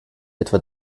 etwa